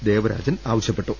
ദേവരാജൻ ആവശ്യ പ്പെട്ടു